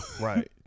Right